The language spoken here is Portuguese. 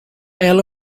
ela